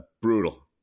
brutal